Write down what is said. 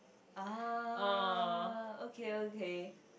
ah okay okay